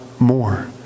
more